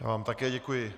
Já vám také děkuji.